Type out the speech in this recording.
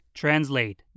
translate